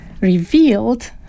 revealed